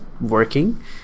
working